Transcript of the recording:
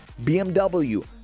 BMW